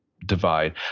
divide